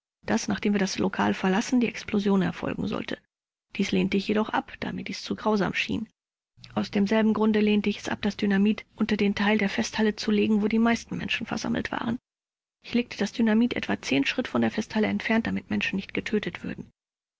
daß nachdem wir das lokal verlassen die explosion erfolgen sollte dies lehnte ich jedoch ab da mir dies zu grausam schien aus demselben grunde lehnte ich es ab das dynamit unter den teil der festhalle zu legen wo die meisten menschen versammelt waren ich legte das dynamit etwa zehn schritt von der festhalle entfernt damit menschen nicht getötet würden